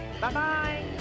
Bye-bye